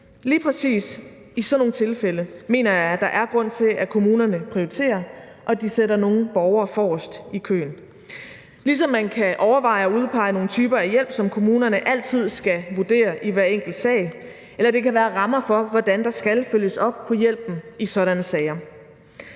Lige præcis i sådan nogle tilfælde mener jeg, at der er grund til, at kommunerne prioriterer og sætter nogle borgere forrest i køen, ligesom man kan overveje at udpege nogle typer af hjælp, som kommunerne altid skal vurdere i hvert enkelt sag, eller det kan være rammer for, hvordan der skal følges op få hjælpen i sådanne sager.